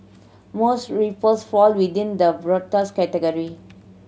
most rapes fall within the broadest category